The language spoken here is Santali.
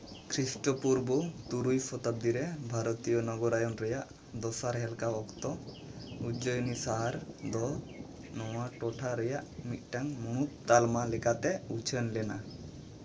ᱠᱷᱨᱤᱥᱴᱚᱯᱩᱨᱵᱚ ᱛᱩᱨᱩᱭ ᱥᱚᱛᱟᱵᱽᱫᱤ ᱨᱮ ᱵᱷᱟᱨᱚᱛᱤᱭᱚ ᱱᱚᱜᱚᱨᱟᱭᱚᱱ ᱨᱮᱭᱟᱜ ᱫᱚᱥᱟᱨ ᱦᱮᱞᱠᱟᱣ ᱚᱠᱛᱚ ᱩᱡᱽᱡᱚᱭᱤᱱᱤ ᱥᱟᱦᱟᱨ ᱫᱚ ᱱᱚᱣᱟ ᱴᱚᱴᱷᱟ ᱨᱮᱭᱟᱜ ᱢᱤᱫᱴᱟᱹᱝ ᱢᱩᱬᱩᱫ ᱛᱟᱞᱢᱟ ᱞᱮᱠᱟᱛᱮ ᱩᱪᱷᱟᱹᱱ ᱞᱮᱱᱟ